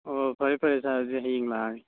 ꯑꯣ ꯐꯔꯦ ꯐꯔꯦ ꯁꯥꯔ ꯑꯗꯨꯗꯤ ꯍꯌꯦꯡ ꯂꯥꯛꯑꯒꯦ